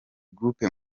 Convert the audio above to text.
groupe